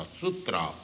sutra